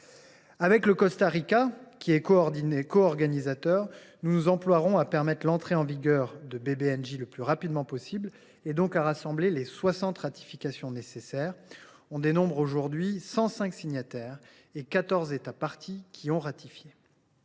Avec le Costa Rica, qui est coorganisateur, nous nous emploierons à permettre l’entrée en vigueur de l’accord BBNJ le plus rapidement possible, et donc à rassembler les soixante ratifications nécessaires. On dénombre aujourd’hui cent cinq signataires et quatorze États parties ayant ratifié.